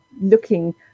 looking